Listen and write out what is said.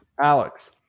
Alex